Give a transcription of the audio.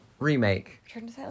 remake